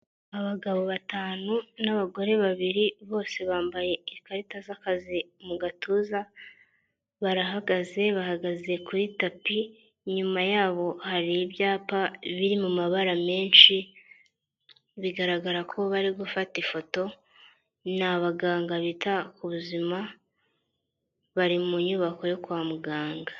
Abagabo batanu n'abagore babiri bose bambaye ikarita z'akazi mu gatuza barahagaze bahagaze kuri tapi, inyuma yabo hari ibyapa biri mu mabara menshi bigaragara ko bari gufata ifoto ni abaganga bita ku buzima bari mu nyubako yo kwa muganga.